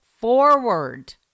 forward